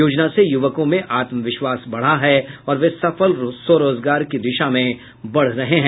योजना से युवकों में आत्मविश्वास बढ़ा है और वे सफल स्वरोजगार की दिशा में बढ़ रहे हैं